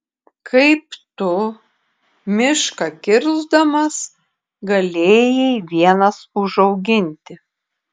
kaip tu mišką kirsdamas galėjai vienas užauginti